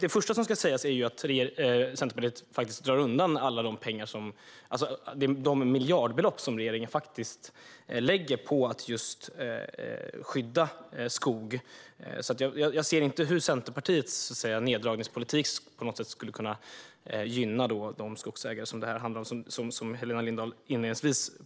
Det första som ska sägas är att Centerpartiet drar undan de miljardbelopp regeringen faktiskt lägger på att just skydda skog. Jag ser alltså inte hur Centerpartiets neddragningspolitik på något sätt skulle gynna de skogsägare som detta handlar om och som Helena Lindahl talade om inledningsvis.